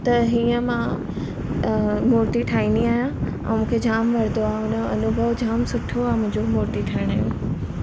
त हीअं मां मूर्ती ठाहींदी आहियां ऐं मूंखे झाम वणंदो आहे हुन जो अनुभव जाम सुठो आहे मुंहिंजो मूर्ती ठाहिण जो